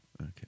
Okay